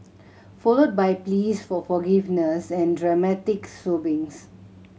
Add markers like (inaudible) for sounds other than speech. followed by pleas for forgiveness and dramatic sobbing (unintelligible)